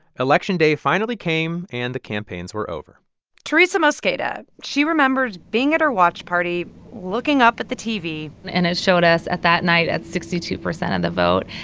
election day finally came, and the campaigns were over teresa mosqueda she remembers being at her watch party, looking up at the tv and it showed us at that night at sixty two percent of and the vote,